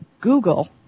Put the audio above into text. Google